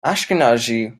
ashkenazi